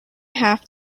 have